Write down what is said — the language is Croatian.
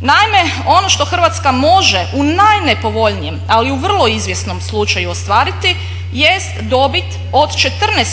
Naime, ono što Hrvatska može u najnepovoljnijem ali u vrlo izvjesnom slučaju ostvariti jest dobit od